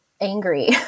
angry